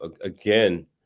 again